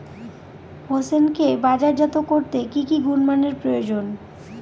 হোসেনকে বাজারজাত করতে কি কি গুণমানের প্রয়োজন?